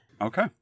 Okay